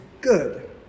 good